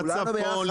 וגם לצפון,